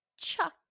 Chuck